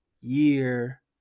year